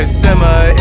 simmer